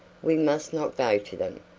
we must not go to them.